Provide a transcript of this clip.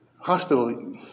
hospital